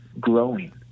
growing